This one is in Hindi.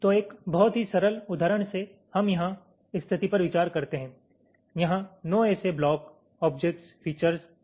तो एक बहुत ही सरल उदाहरण से हम यहाँ स्थिति पर विचार करते हैं यहाँ 9 ऐसे ब्लॉक ऑब्जेक्ट्स फ़ीचर हैं